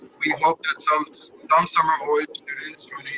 we hope that some um summer voyage students